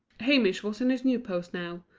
hamish was in his new post now,